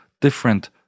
different